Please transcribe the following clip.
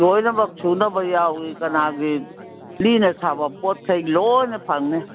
ꯂꯣꯏꯅꯕ ꯁꯨꯅꯕ ꯌꯥꯎꯏ ꯀꯅꯥꯒꯤ ꯂꯤꯅ ꯁꯥꯕ ꯄꯣꯠꯈꯩ ꯂꯣꯏꯅ ꯐꯪꯅꯤ